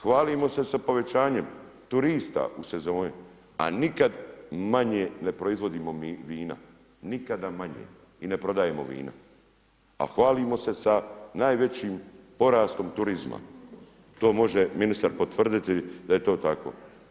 Hvalimo se sa povećanjem turista u sezoni, a nikad manje ne proizvodimo vino, nikada manje i ne prodajemo vina, a hvalimo se sa najvećim porastom turizma, to može ministar potvrditi da je to tako.